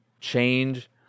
change